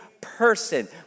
person